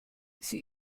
sie